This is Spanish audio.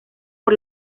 por